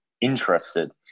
interested